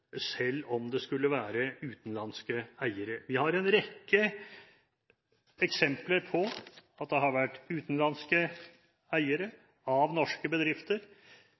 selv om det skulle være utenlandske eiere. Vi har en rekke eksempler på utenlandske eiere av norske bedrifter